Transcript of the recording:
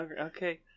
okay